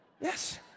yes